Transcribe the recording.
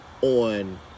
on